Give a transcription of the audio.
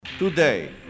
Today